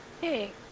Hey